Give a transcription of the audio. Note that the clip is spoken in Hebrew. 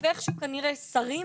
ואכישהו כנראה שרים